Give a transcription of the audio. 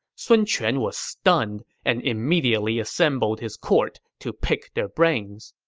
sun quan was stunned and immediately assembled his court to pick their brains.